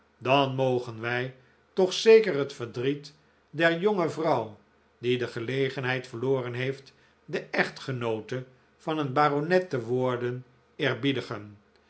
dan mogen wij toch zeker het verdriet der jonge vrouw die de gelegenheid verloren heeft de echtgenoote van een baronet te worden